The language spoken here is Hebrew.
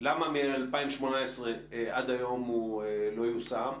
למה מ-2018 עד היום הוא לא יושם,